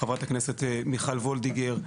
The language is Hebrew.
חברת הכנסת מיכל וולדיגר,